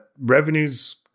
revenues